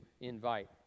invite